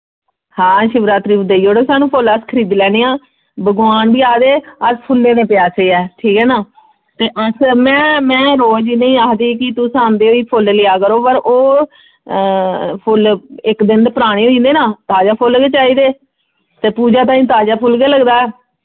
हां शिवरात्रि पर देई ओड़ो सानूं फुल्ल अस खरीदी लैन्ने आं भगवान बी आखदे अस फुल्लें दे प्यासे ऐ ठीक ऐ ना ते अस मैं मैं रोज इ'नेंगी आखदी कि तुस आंदे होई फुल्ल लेआ करो पर ओह् फुल्ल इक दिन दे पराने होई जन्दे न ताजा फुल्ल गै चाहिदे ते पूजा ताईं ताजा फुल्ल गै लगदा ऐ